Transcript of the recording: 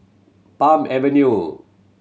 Palm Avenue